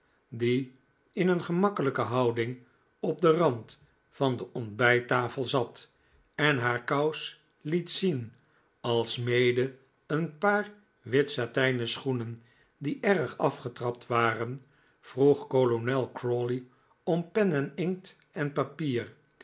die in een gemakkelijke houding op den rand van de ontbijttafel zat en haar kous liet zien alsmede eenpaar witsatijnenschoenen die erg afgetrapt waren vroeg kolonel crawley om pen en inkt en papier